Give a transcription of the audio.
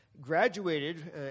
Graduated